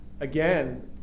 again